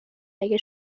اگه